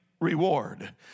reward